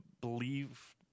believe